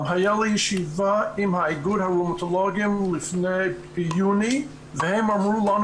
הייתה לי ישיבה עם איגוד הראומטולוגים ביוני והם אמרו לנו